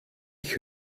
ich